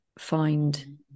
Find